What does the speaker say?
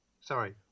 Sorry